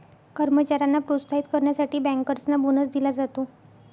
कर्मचाऱ्यांना प्रोत्साहित करण्यासाठी बँकर्सना बोनस दिला जातो